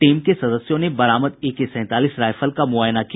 team के सदस्यों ने बरामद एके सैंतालीस राईफल का मुआयना किया